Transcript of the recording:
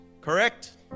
correct